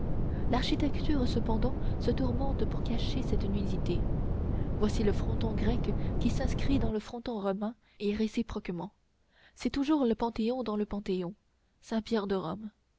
l'architecture cependant se tourmente pour cacher cette nudité voici le fronton grec qui s'inscrit dans le fronton romain et réciproquement c'est toujours le panthéon dans le parthénon